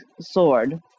sword